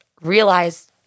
realize